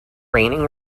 raining